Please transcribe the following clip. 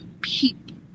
people